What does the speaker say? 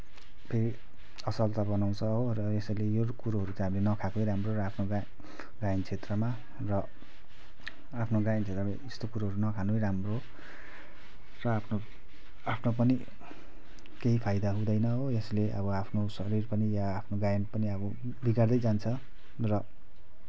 फेरी असर त बनाउँछ हो र यसैले यो कुरोहरू हामीले नखाएकै राम्रो र आफ्नो गायन क्षेत्रमा र आफ्नो गायन क्षेत्रमा यस्तो कुरोहरू नखानु नै राम्रो र आफ्नो आफ्नो पनि केही फइदा हुँदैन हो यसले आफ्नो शरीर पनि या आफ्नो गायन पनि अब बिगार्दै जान्छ र